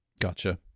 Gotcha